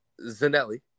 Zanelli